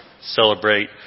celebrate